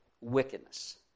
wickedness